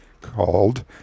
called